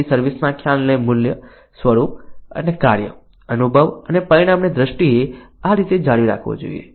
તેથી સર્વિસ ના ખ્યાલને મૂલ્ય સ્વરૂપ અને કાર્ય અનુભવ અને પરિણામની દ્રષ્ટિએ આ રીતે જાળવી રાખવો જોઈએ